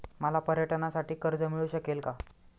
मला पर्यटनासाठी कर्ज मिळू शकेल का?